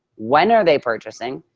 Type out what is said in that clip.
when are they purchasing?